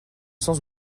sans